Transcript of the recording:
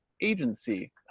agency